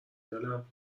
دلم